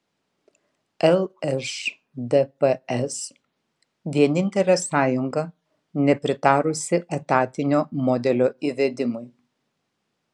lšdps vienintelė sąjunga nepritarusi etatinio modelio įvedimui